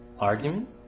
Argument